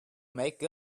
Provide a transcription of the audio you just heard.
make